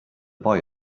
boy